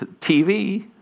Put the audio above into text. TV